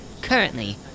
currently